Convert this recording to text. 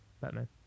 Batman